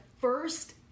first